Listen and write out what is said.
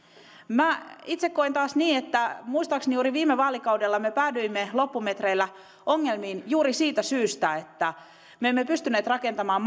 minä itse koen taas niin että muistaakseni juuri viime vaalikaudella me päädyimme loppumetreillä ongelmiin juuri siitä syystä että me emme pystyneet rakentamaan